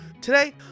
Today